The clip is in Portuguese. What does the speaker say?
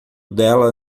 dela